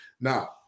Now